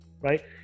right